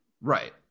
Right